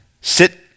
sit